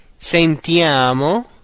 sentiamo